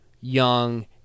young